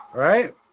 right